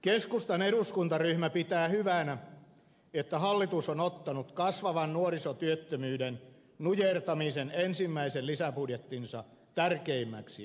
keskustan eduskuntaryhmä pitää hyvänä että hallitus on ottanut kasvavan nuorisotyöttömyyden nujertamisen ensimmäisen lisäbudjettinsa tärkeimmäksi asiaksi